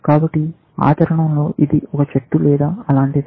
కాబట్టి ఆచరణలో ఇది ఒక చెట్టు లేదా అలాంటిదే